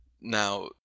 Now